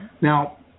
Now